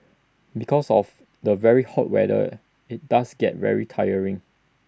because of the very hot weather IT does get very tiring